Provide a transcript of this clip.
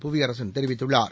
புவியரசன் தெரிவித்துள்ளார்